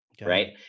right